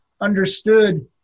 understood